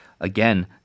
again